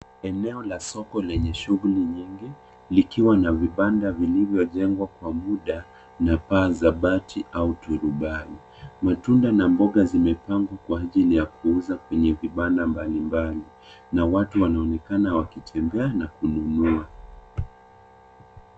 Eneo la soko lenye shughuli nyingi, likiwa na vibanda vilivyojengwa kwa muda na paa za bati, au turubai. Matunda na mboga zimepangwa kwa ajili ya kwenye vibanda mbalimbali, na watu wanaonekana wakitembea, na kununua.